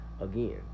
Again